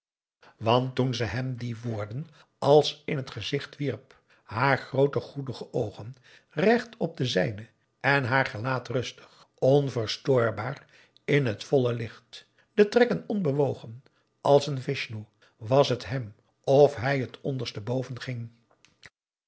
want toen ze hem die woorden als in het gezicht wierp haar groote goedige oogen recht op de zijne en haar gelaat rustig onverstoorbaar in het volle licht de trekken onbewogen als een vishnoe was het hem of hij het ondersteboven ging